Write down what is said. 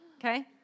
Okay